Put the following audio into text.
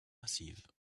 massives